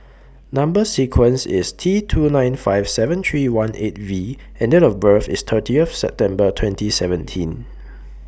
Number sequence IS T two nine five seven three one eight V and Date of birth IS thirtieth September twenty seventeen